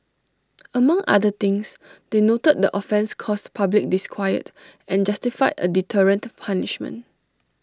among other things they noted the offence caused public disquiet and justified A deterrent punishment